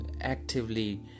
actively